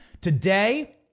today